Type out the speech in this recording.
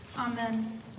Amen